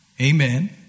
Amen